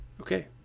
Okay